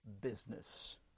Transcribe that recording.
business